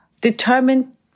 determined